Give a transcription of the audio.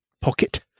pocket